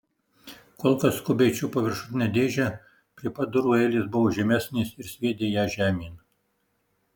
kolka skubiai čiupo viršutinę dėžę prie pat durų eilės buvo žemesnės ir sviedė ją žemėn